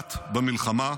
המוחלט במלחמה,